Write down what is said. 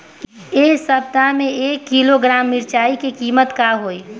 एह सप्ताह मे एक किलोग्राम मिरचाई के किमत का होई?